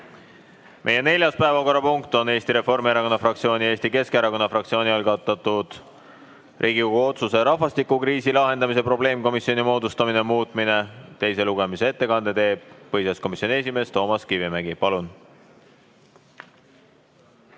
Meie neljas päevakorrapunkt on Eesti Reformierakonna fraktsiooni ja Eesti Keskerakonna fraktsiooni algatatud Riigikogu otsuse "Rahvastikukriisi lahendamise probleemkomisjoni moodustamine" muutmine. Teise lugemise ettekande teeb põhiseaduskomisjoni esimees Toomas Kivimägi. Palun!